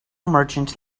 merchant